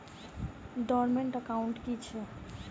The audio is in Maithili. डोर्मेंट एकाउंट की छैक?